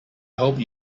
hope